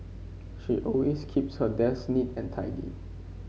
she always keeps her desk neat and tidy